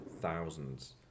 thousands